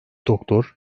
doktor